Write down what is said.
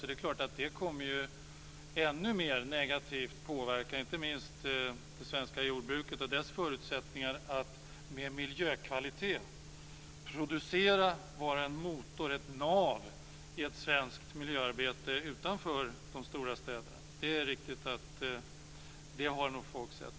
Och det kommer ännu mer negativt att påverka inte minst det svenska jordbruket och dess förutsättningar att med miljökvalitet producera, och vara en motor, ett nav, i ett svenskt miljöarbete utanför det stora städerna. Det är riktigt att folk nog har sett det.